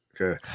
Okay